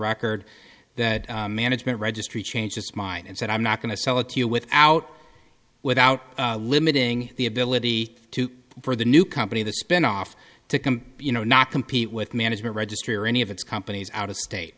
record that management registry changed its mind and said i'm not going to sell it to you without without limiting the ability to pay for the new company the spinoff to come you know not compete with management registry or any of it's companies out of state